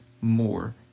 more